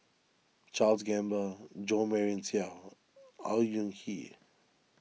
Charles Gamba Jo Marion Seow Au Hing Yee